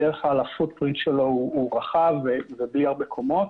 בדרך כלל השוט-פרינט שלו רחב ובלי הרבה קומות.